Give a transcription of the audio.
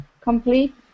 complete